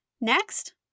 Next